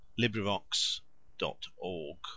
LibriVox.org